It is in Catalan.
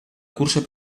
cursa